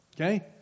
Okay